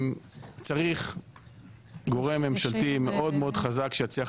צריך גורם ממשלתי מאוד מאוד חזק שיצליח